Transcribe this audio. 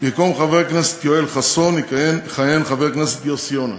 במקום חבר הכנסת יואל חסון יכהן חבר הכנסת יוסי יונה,